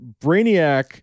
Brainiac